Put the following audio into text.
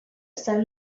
sun